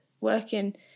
working